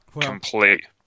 complete